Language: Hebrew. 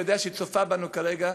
אני יודע שהיא צופה בנו כרגע,